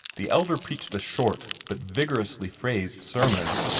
the elder preached a short, but vigorously phrased sermon.